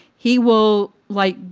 he will like,